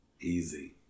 easy